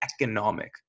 economic